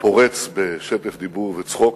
פורץ בשטף דיבור וצחוק.